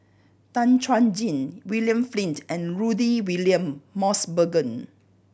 Tan Chuan Jin William Flint and Rudy William Mosbergen